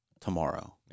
tomorrow